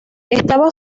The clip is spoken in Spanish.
estaba